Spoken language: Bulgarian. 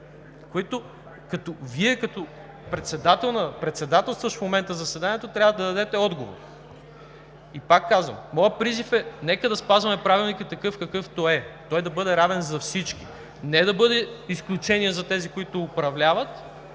които Вие като председателстващ в момента заседанието трябва да дадете отговор. И пак казвам, моят призив е: нека да спазваме Правилника такъв, какъвто е – той да бъде равен за всички. Не да бъде изключение за тези, които управляват,